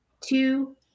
two